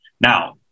Now